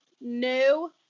no